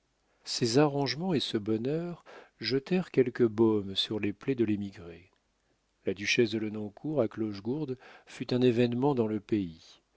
ces arrangements et ce bonheur jetèrent quelque baume sur les plaies de l'émigré la duchesse de lenoncourt à clochegourde fut un événement dans le pays